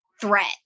threat